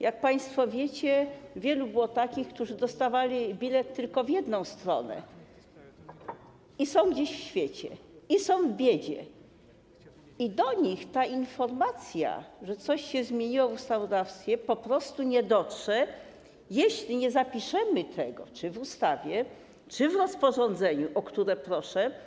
Jak państwo wiecie, wielu było takich, którzy dostawali bilet tylko w jedną stronę, są gdzieś w świecie, są w biedzie i do nich informacja, że coś się zmieniło w ustawodawstwie, po prostu nie dotrze, jeśli nie zapiszemy tego czy w ustawie, czy w rozporządzeniu, o które proszę.